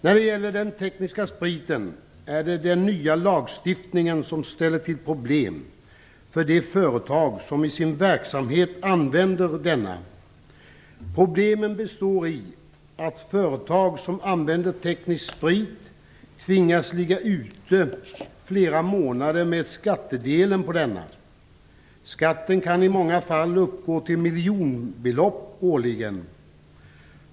När det gäller den tekniska spriten är det den nya lagstiftningen som ställer till problem för de företag som i sin verksamhet använder denna. Problemen består i att företag som använder teknisk sprit tvingas ligga ute flera månader med skattedelen på denna. Skatten kan i många fall uppgå till miljonbelopp årligen.